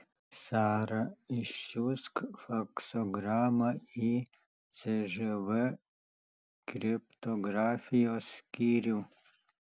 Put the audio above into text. sara išsiųsk faksogramą į cžv kriptografijos skyrių